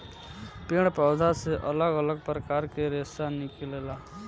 पेड़ पौधा से अलग अलग प्रकार के रेशा निकलेला